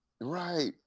Right